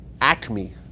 acme